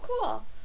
cool